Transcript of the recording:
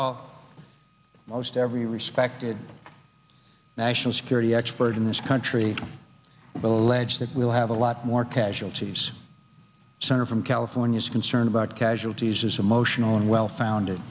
all most every respected national security expert in this country will edge that we'll have a lot more casualties center from california's concern about casualties as emotional and well founded